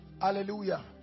Hallelujah